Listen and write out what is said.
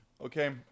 Okay